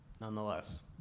Nonetheless